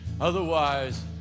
Otherwise